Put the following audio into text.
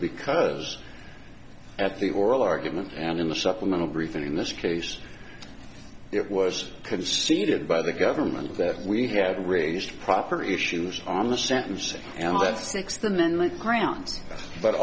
because at the oral argument and in the supplemental brief in this case it was conceded by the government that we had raised proper issues on the sentencing and that sixth amendment grounds but